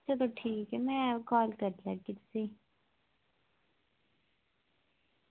चलो ठीक ऐ में काल करी लैगी तुसेंई